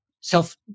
self